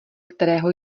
kterého